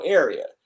area